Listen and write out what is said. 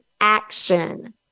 action